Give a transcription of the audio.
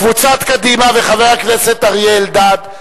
קבוצת קדימה וחבר הכנסת אריה אלדד,